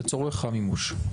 לצורך המימוש.